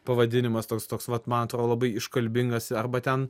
pavadinimas toks toks vat man atrodo labai iškalbingas arba ten